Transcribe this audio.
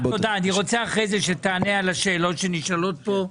ארצה אחרי זה שתענה על השאלות שנשאלות פה.